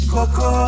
Coco